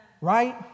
right